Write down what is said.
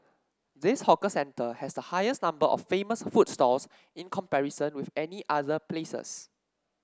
this hawker center has the highest number of famous food stalls in comparison with any other places